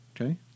Okay